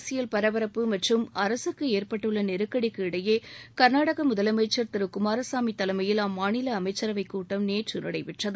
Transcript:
அரசியல் பரபரப்பு மற்றும் அரசுக்கு ஏற்பட்டுள்ள நெருக்கடிக்கு இடையே கர்நாடக முதலமைச்சர் திரு ஹெச் டி குமாரசாமி தலைமையில் அம்மாநில அமைச்சரவைக் கூட்டம் நேற்று நடைபெற்றது